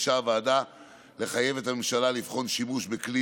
הוועדה ביקשה לחייב את הממשלה לבחון שימוש בכלי